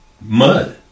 mud